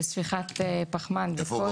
בספיחת פחמן --- איפה?